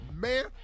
Man